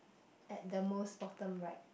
at the most bottom right